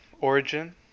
Origin